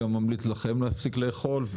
גם ממליץ לכם להפסיק לאכול,